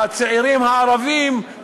הצעירים הערבים,